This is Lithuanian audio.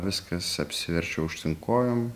viskas apsiverčia aukštyn kojom